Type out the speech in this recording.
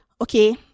Okay